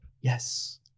Yes